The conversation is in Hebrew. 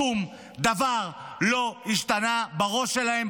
שום דבר לא השתנה בראש שלהם,